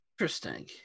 Interesting